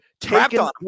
taken